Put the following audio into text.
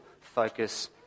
focus